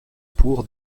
pour